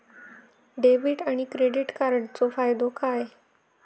Debit आणि credit कार्डचो फायदो काय?